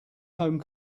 home